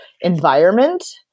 environment